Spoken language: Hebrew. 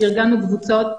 ארגנו קבוצות,